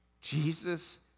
Jesus